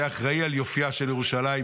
שהיה אחראי על יופייה של ירושלים,